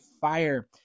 fire